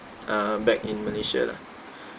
uh back in malaysia lah